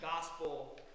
gospel